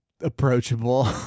approachable